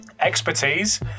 expertise